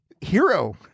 hero